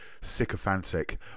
sycophantic